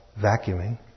vacuuming